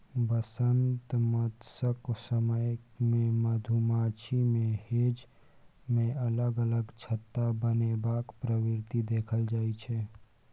बसंमतसक समय मे मधुमाछी मे हेंज मे अलग अलग छत्ता बनेबाक प्रवृति देखल जाइ छै